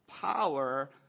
power